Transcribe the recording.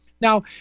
Now